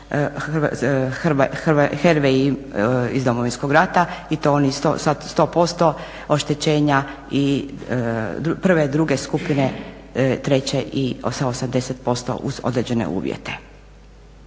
HRVI iz Domovinskog rata i to oni sa 100% oštećenja prve, druge skupine, treće i sa 80% uz određene uvjete.